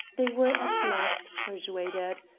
they were at last persuaded.